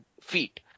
feet